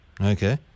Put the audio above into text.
Okay